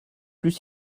plus